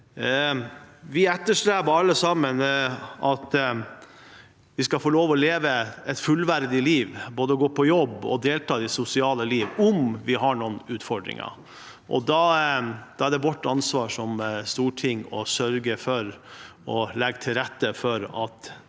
Vi etterstreber alle sammen at vi skal få lov til å leve et fullverdig liv, både gå på jobb og delta i det sosiale liv, selv om vi har noen utfordringer. Da er det vårt ansvar som storting å sørge for å legge til rette for at